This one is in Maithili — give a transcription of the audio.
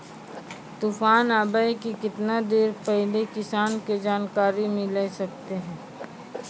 तूफान आबय के केतना देर पहिले किसान के जानकारी मिले सकते?